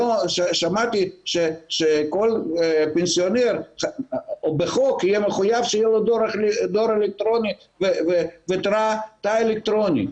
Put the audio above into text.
שמעתי שכל פנסיונר בחוק מחויב שיהיה לו דואר אלקטרוני ותא אלקטרוני.